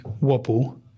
wobble